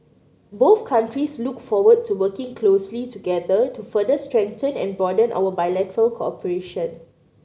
both countries look forward to working closely together to further strengthen and broaden our bilateral cooperation